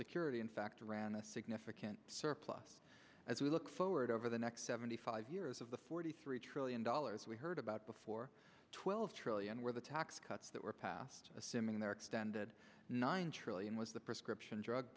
security in fact ran a significant surplus as we look forward over the next seventy five years of the forty three trillion dollars we heard about before twelve trillion where the tax cuts that were passed assuming they are extended nine trillion was the prescription drug